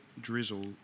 drizzle